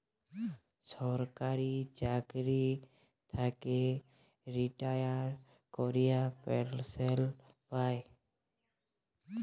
সরকারি চাকরি থ্যাইকে রিটায়ার ক্যইরে পেলসল পায়